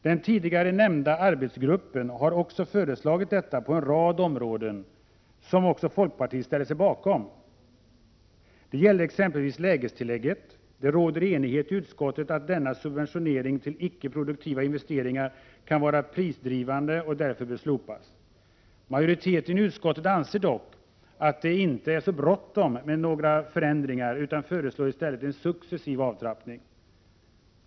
Den tidigare nämnda arbetsgruppen har också föreslagit detta på en rad områden, förslag som även folkpartiet ställer sig bakom. Det gäller exempelvis lägestillägget. Det råder enighet i utskottet om att denna subventionering till icke-produktiva investeringar kan vara prisdrivande och därför bör slopas. Majoriteten i utskottet anser dock att det inte är så bråttom med några förändringar utan föreslår i stället en successiv avtrappning.